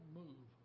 move